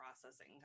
processing